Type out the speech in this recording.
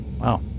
Wow